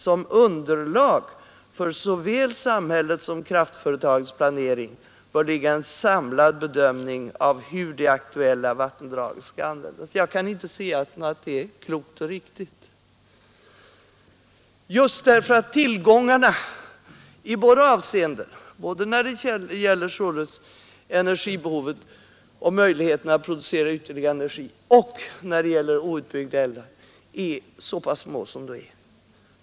Som underlag för såväl samhällets som kraftföretagens planering bör ligga en samlad bedömning av hur de aktuella vattendragen skall användas.” Jag kan inte se annat än att detta är klokt och riktigt just därför att tillgångarna, både när det gäller möjligheterna att producera ytterligare energi och när det gäller outbyggda älvar, är så pass små som de är.